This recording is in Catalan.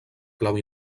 clau